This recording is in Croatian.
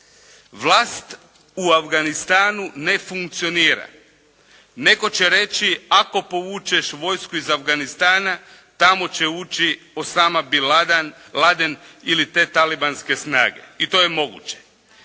Vlast u Afganistanu ne funkcionira. Netko će reći ako povučeš vojsku iz Afganistana tamo će ući Osama Bin Laden ili te talibanske snage. I to je moguće.